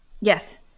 Yes